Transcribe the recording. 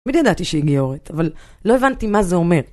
תמיד ידעתי שהיא גיורת, אבל לא הבנתי מה זה אומר.